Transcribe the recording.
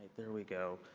there we go.